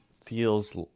feels